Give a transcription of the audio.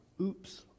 Oops